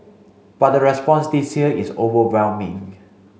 but the response this year is overwhelming